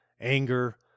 anger